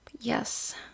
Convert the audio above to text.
yes